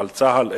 אבל צה"ל,